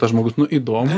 tas žmogus nu įdomu